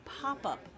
pop-up